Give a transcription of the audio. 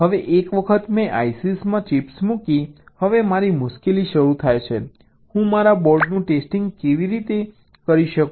હવે એક વખત મેં ICs માં ચિપ્સ મૂકી હવે મારી મુશ્કેલી શરૂ થાય છે હું મારા બોર્ડનું ટેસ્ટિંગ કેવી રીતે કરું